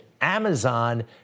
Amazon